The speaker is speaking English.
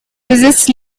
visits